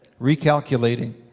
recalculating